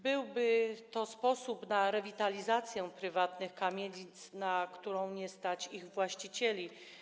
Byłby to sposób na rewitalizację prywatnych kamienic, na którą nie stać ich właścicieli.